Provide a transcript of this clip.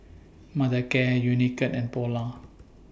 Mothercare Unicurd and Polar